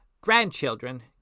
Grandchildren